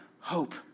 Hope